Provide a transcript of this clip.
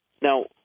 Now